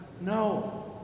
No